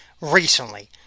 recently